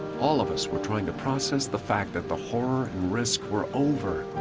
all of us were trying to process the fact that the horror and risk were over,